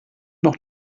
noch